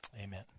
Amen